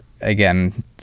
again